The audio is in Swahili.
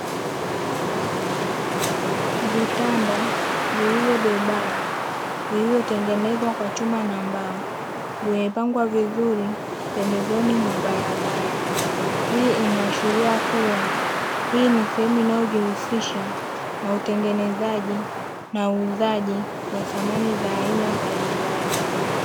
Vitanda vilivyobebana vilivyotengenezwa kwa chuma na mbao vimepangwa vizuri pembezoni mwa barabara, hii inaashiria kuwa hii ni sehemu inayojihusisha na utengenezaji na uuzaji wa samani za aina mbalimbali.